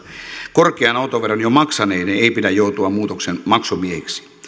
korkean autoveron jo maksaneiden ei pidä joutua muutoksen maksumiehiksi